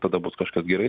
tada bus kažkas gerai